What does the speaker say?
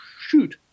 shoot